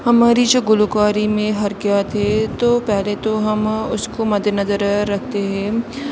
ہماری جو گلوکاری میں حرکیات ہیں تو پہلے تو ہم اس کو مدنظر رکھتے ہیں